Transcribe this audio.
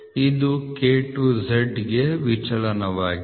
ಇದು K to Z ಡ್ ಗೆ ವಿಚಲನವಾಗಿದೆ